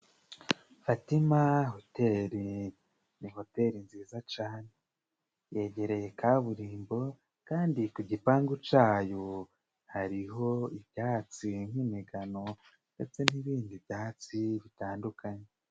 Fatima hoteli ni hoteli nziza cane yegereye kaburimbo, kandi ku gipangu cayo hariho ibyatsi nk'imigano ndetse n'ibindi byatsi bitandukanye.